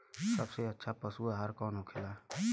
सबसे अच्छा पशु आहार कौन होखेला?